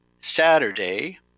Saturday